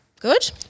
good